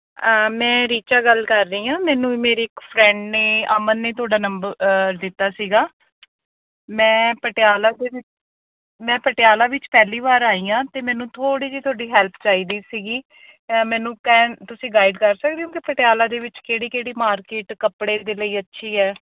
ਮੈਂ ਰੀਚਾ ਗੱਲ ਕਰ ਰਹੀ ਹਾਂ ਮੈਨੂੰ ਮੇਰੀ ਇੱਕ ਫਰੈਂਡ ਨੇ ਅਮਨ ਨੇ ਤੁਹਾਡਾ ਨੰਬ ਦਿੱਤਾ ਸੀਗਾ ਮੈਂ ਪਟਿਆਲਾ ਦੇ ਵਿੱਚ ਮੈਂ ਪਟਿਆਲਾ ਵਿੱਚ ਪਹਿਲੀ ਵਾਰ ਆਈ ਹਾਂ ਅਤੇ ਮੈਨੂੰ ਥੋੜ੍ਹੀ ਜਿਹੀ ਤੁਹਾਡੀ ਹੈਲਪ ਚਾਹੀਦੀ ਸੀਗੀ ਮੈਨੂੰ ਕੈਂ ਤੁਸੀਂ ਗਾਈਡ ਕਰ ਸਕਦੇ ਹੋ ਕਿ ਪਟਿਆਲਾ ਦੇ ਵਿੱਚ ਕਿਹੜੀ ਕਿਹੜੀ ਮਾਰਕੀਟ ਕੱਪੜੇ ਦੇ ਲਈ ਅੱਛੀ ਹੈ